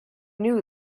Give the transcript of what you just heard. knew